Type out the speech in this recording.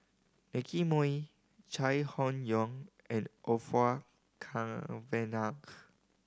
Nicky Moey Chai Hon Yoong and Orfeur Cavenagh